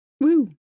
woo